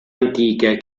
antiche